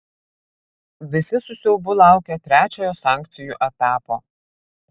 visi su siaubu laukia trečiojo sankcijų etapo